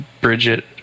Bridget